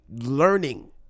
learning